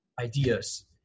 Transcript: ideas